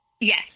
Yes